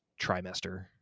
trimester